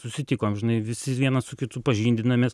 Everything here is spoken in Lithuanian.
susitikom žinai visi vienas su kitu pažindinamės